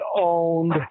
owned